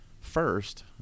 first